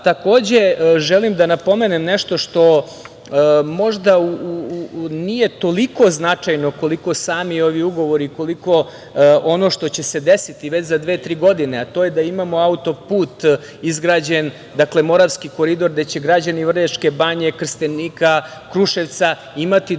mesta. Takođe, želim da napomenem nešto što možda nije toliko značajno koliko sami ovi ugovori, koliko ono što će se desiti već za dve-tri godine, a to je da imamo izgrađen auto-put, Moravski koridor, gde će građani Vrnjačke Banje, Trstenika, Kruševca, imati dodatne